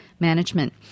management